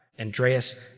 Andreas